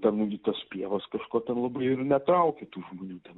ten nu gi tas pievas kažko ten labai ir netraukia tų žmonių ten